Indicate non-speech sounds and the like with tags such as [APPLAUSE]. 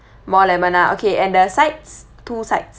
[BREATH] more lemon ah okay and the sides two sides